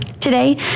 Today